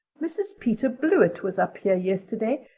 mrs. peter blewett was up here yesterday,